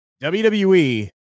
WWE